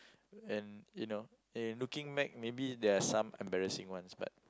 and you know and looking back maybe there are some embarrassing ones but